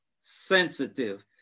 sensitive